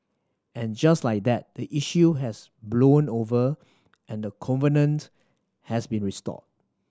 and just like that the issue has blown over and the covenant has been restored